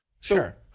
Sure